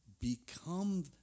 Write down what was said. become